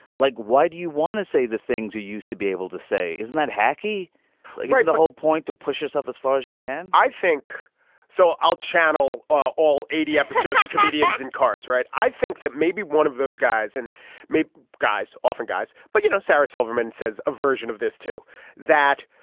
like why do you want to say the things you used to be able to say. isn't that hacky like right the whole point to push yourself as far as you can i think so i'll channel all eighty episodes of comedians in cars right. i think that may be one of those guys and maybe guys often guys. but you know sarah silverman says a version of this too that